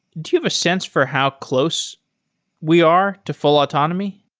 do you a sense for how close we are to full autonomy?